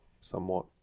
somewhat